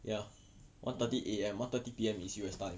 ya one thirty A_M one thirty P_M is U_S time